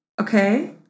okay